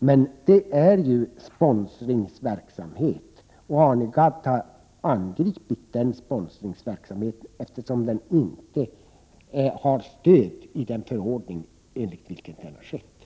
Men detta är sponsringsverksamhet, och Arne Gadd har angripit den, eftersom den inte har stöd i den förordning enligt vilken den har skett.